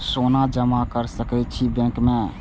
सोना जमा कर सके छी बैंक में?